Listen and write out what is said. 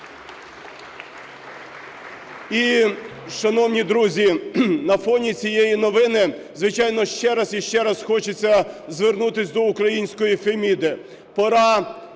І, шановні друзі, на фоні цієї новини, звичайно, ще раз і ще раз хочеться звернутись до української Феміди: